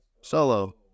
solo